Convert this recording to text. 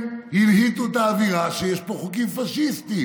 הם הלהיטו את האווירה, שיש פה חוקים פשיסטיים.